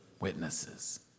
witnesses